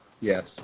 yes